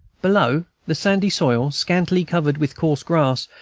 below, the sandy soil, scantly covered with coarse grass,